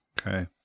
Okay